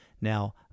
Now